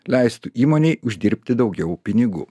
leistų įmonei uždirbti daugiau pinigų